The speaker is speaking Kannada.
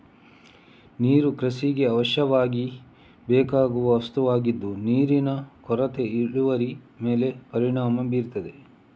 ನೀರು ಕೃಷಿಗೆ ಅವಶ್ಯಕವಾಗಿ ಬೇಕಾಗುವ ವಸ್ತುವಾಗಿದ್ದು ನೀರಿನ ಕೊರತೆ ಇಳುವರಿ ಮೇಲೆ ಪರಿಣಾಮ ಬೀರ್ತದೆ